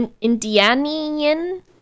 Indianian